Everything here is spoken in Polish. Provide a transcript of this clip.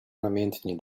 namiętnie